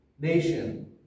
nation